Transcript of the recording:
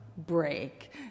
break